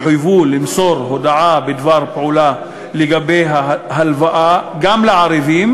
תאגידים בנקאיים יחויבו למסור הודעה בדבר פעולה לגבי ההלוואה גם לערבים,